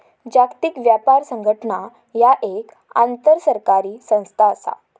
जागतिक व्यापार संघटना ह्या एक आंतरसरकारी संस्था असा